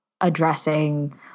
addressing